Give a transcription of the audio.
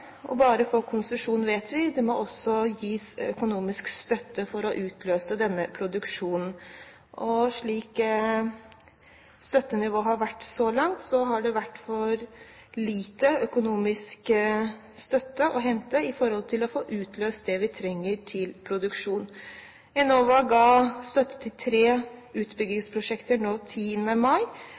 bare å få konsesjon, vet vi, det må også gis økonomisk støtte for å utløse denne produksjonen. Slik støttenivået har vært så langt, har det vært for lite økonomisk støtte å hente for å få utløst det vi trenger til produksjon. Enova ga støtte til tre utbyggingsprosjekter 10. mai,